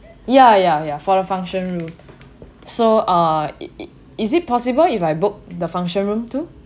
ya ya ya for the function room so uh it it is it possible if I book the function room too